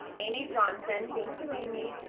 amy johnson, thank you amy,